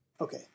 Okay